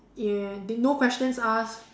and they no questions asked